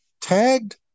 tagged